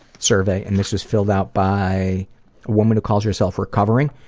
survey and this is filled out by a woman who calls herself, recovering.